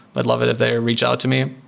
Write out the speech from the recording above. i'd love it if they ah reach out to me.